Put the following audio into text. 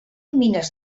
mines